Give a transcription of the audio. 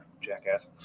jackass